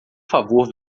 favor